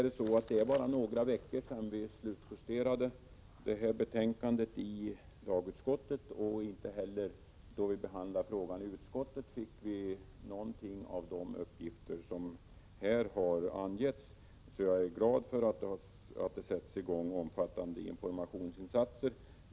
Det är bara några veckor sedan vi slutjusterade det här betänkandet i lagutskottet. Inte heller då vi behandlade frågan i utskottet fick vi någon av de uppgifter som här har lämnats. Jag är glad för att det sätts i gång omfattande informationsinsatser.